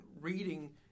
reading